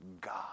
god